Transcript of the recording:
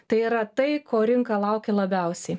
tai yra tai ko rinka laukia labiausiai